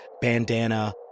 bandana